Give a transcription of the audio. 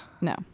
No